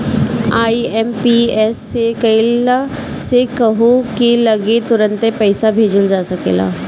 IMPS से कइला से कहू की लगे तुरंते पईसा भेजल जा सकेला